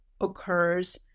occurs